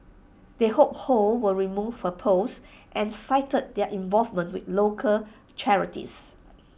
they hope ho will remove her post and cited their involvement with local charities